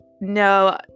no